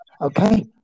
Okay